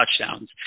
touchdowns